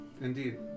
Indeed